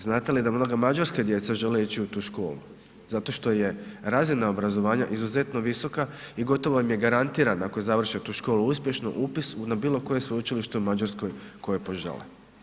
Znate li da mnoga mađarska djeca žele ići u tu školu zato što je razina obrazovanja izuzetno visoka i gotovo im je garantiran ako završe tu školu uspješno, upis na bilokoje sveučilište u Mađarskoj koje požele?